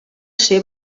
ser